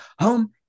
home